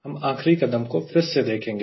हम आखरी कदम को फिर से देखेंगे